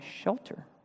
shelter